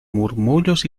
murmullos